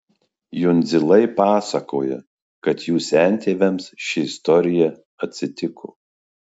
jundzilai pasakoja kad jų sentėviams ši istorija atsitiko